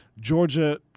georgia